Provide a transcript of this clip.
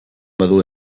badu